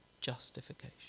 justification